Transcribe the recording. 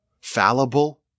fallible